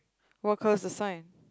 what colour is the sign